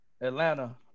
Atlanta